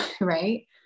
right